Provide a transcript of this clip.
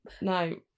No